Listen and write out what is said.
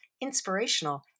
inspirational